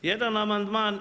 Jedan amandman.